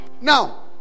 Now